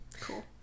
cool